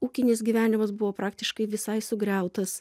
ūkinis gyvenimas buvo praktiškai visai sugriautas